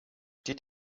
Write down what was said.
did